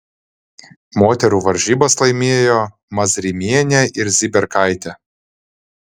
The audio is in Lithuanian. moterų varžybas laimėjo mazrimienė ir ziberkaitė